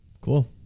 cool